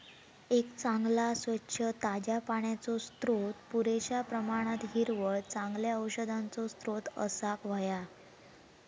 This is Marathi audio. एक चांगला, स्वच्छ, ताज्या पाण्याचो स्त्रोत, पुरेश्या प्रमाणात हिरवळ, चांगल्या औषधांचो स्त्रोत असाक व्हया